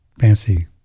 fancy